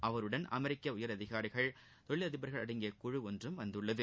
அவருடன் அமெிக்க உயரதிகாரிகள் தொழிலதிபர்கள் அடங்கிய குழு ஒன்றும் வந்துள்ளது